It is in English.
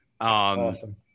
Awesome